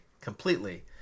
completely